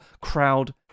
crowd